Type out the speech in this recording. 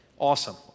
Awesome